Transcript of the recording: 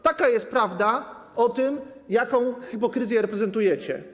Taka jest prawda o tym, jaką hipokryzję reprezentujecie.